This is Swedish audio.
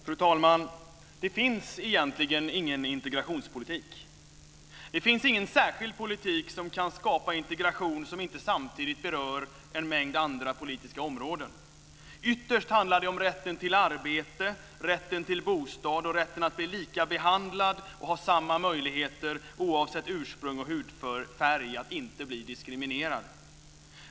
Fru talman! Det finns egentligen ingen integrationspolitik. Det finns ingen särskild politik som kan skapa integration som inte samtidigt berör en mängd andra politiska områden. Ytterst handlar det om rätten till arbete, rätten till bostad, rätten att bli lika behandlad och ha samma möjligheter oavsett ursprung och hudfärg - att inte bli diskriminerad.